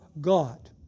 God